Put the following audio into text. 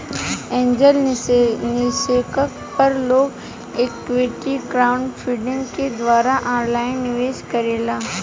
angel निवेशक पर लोग इक्विटी क्राउडफण्डिंग के द्वारा ऑनलाइन निवेश करेला